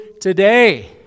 today